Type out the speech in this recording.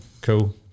Cool